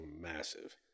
massive